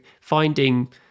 finding